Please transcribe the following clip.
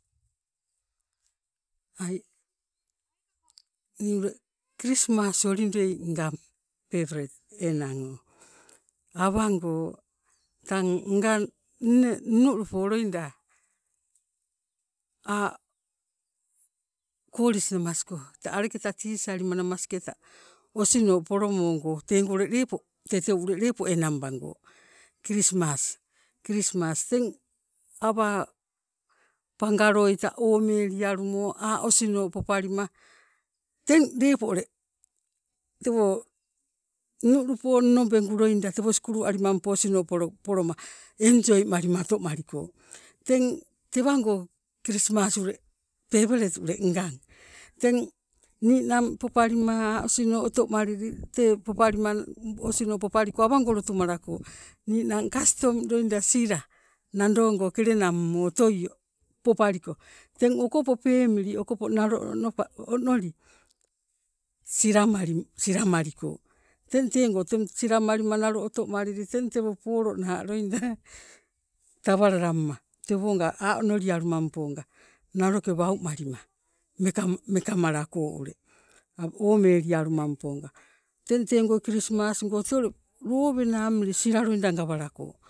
Ai nii ule krismas holidei ngang faveret enang o awango tang ngang inne inulupo loida a' kolis namasko aleketa tisia alima namasketa osino polomogo teng ule tee teu ule lepo enang bago krismas, krismas teng awa pangaloita omelialumo a' osino popalima teng lepo ule tewo inulupo, inobengu loida tewo sukulu alimampo awa osino poloma enjoy malima oto maliko. Teng tewango krismas ule favourite ule ngang, teng ninang popalima a' osino otomalili tee popalima osino popaliko awango lotumalako ninang kastom loida sila nando go kelenammo otoio popaliko, teng okopo pemili okopo nalo onoli silamali silamoliko. Teng teego silamalima nalo otomalili teng tewo polo naa loida tawalalamma tewonga a' onolialumamponga naloke wau malima meka mekamalako ule omelialumamponga, teng teengo krismas go tee ule lowena loida amili sila loida gawalako.